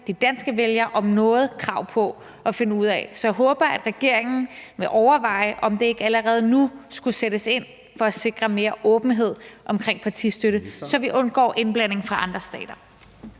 de danske vælgere om noget krav på at finde ud af. Så jeg håber, at regeringen vil overveje, om der ikke allerede nu skulle sættes ind for at sikre mere åbenhed omkring partistøtte, så vi undgår indblanding fra andre stater.